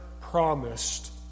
promised